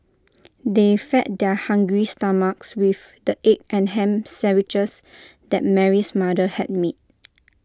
they fed their hungry stomachs with the egg and Ham Sandwiches that Mary's mother had made